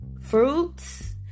fruits